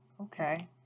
Okay